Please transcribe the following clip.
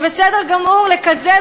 זה בסדר גמור לקזז,